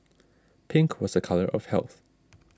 pink was a colour of health